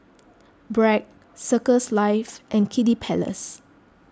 Bragg Circles Life and Kiddy Palace